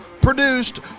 Produced